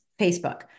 Facebook